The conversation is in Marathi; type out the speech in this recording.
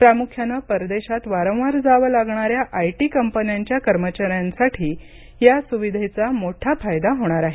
प्रामुख्यानं परदेशात वारंवार जावं लागणाऱ्या आय टी कंपन्यांच्या कर्मचाऱ्यांसाठी या सुविधेचा मोठा फायदा होणार आहे